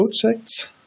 projects